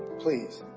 please.